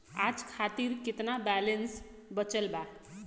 आज खातिर केतना बैलैंस बचल बा?